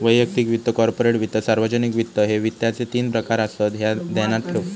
वैयक्तिक वित्त, कॉर्पोरेट वित्त, सार्वजनिक वित्त, ह्ये वित्ताचे तीन प्रकार आसत, ह्या ध्यानात ठेव